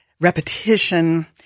repetition